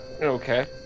Okay